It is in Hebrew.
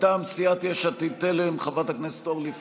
מטעם סיעת יש עתיד-תל"ם, חברת הכנסת אורלי פרומן.